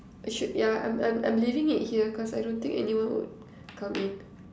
should yeah I'm I'm I'm I'm leaving it here because I don't think anyone would come in